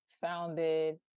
founded